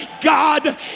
God